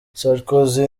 sarkozy